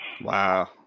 Wow